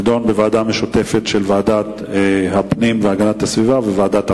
יידונו בוועדה משותפת של ועדת הפנים והגנת הסביבה וועדת החינוך.